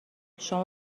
شما